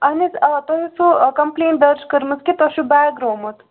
اَہن حظ آ تۄہہِ ٲسوٕ کَمپُلینٛٹ درٕج کٔرمٕژ کہِ تۄہہِ چھُو بیگ روومُت